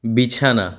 বিছানা